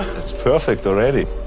it's perfect already.